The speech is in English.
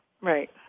Right